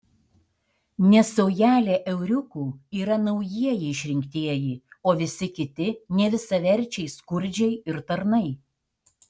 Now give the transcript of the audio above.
nes saujelė euriukų yra naujieji išrinktieji o visi kiti nevisaverčiai skurdžiai ir tarnai